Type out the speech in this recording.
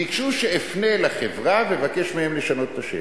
ביקשו שאפנה לחברה ואבקש מהם לשנות את השם.